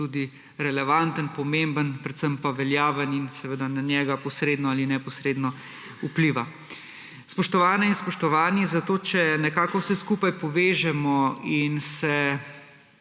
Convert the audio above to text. tudi relevanten, pomemben, predvsem pa veljaven in seveda na njega posredno ali neposredno vpliva. Spoštovane in spoštovani, zato če nekako vse skupaj povežemo in se